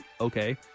okay